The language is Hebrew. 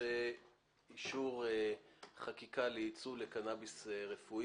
בנושא הצעת חוק לייצוא קנביס רפואי.